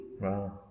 Wow